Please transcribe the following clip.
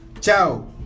Ciao